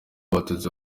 abatutsi